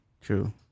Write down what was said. true